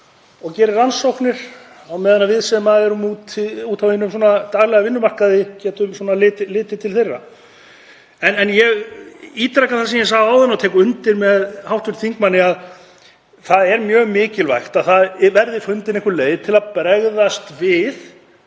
og gerir rannsóknir á meðan við sem erum úti á hinum daglega vinnumarkaði getum litið til þeirra. En ég ítreka það sem ég sagði áðan og tek undir með hv. þingmanni, að það er mjög mikilvægt að fundin verði einhver leið til að bregðast við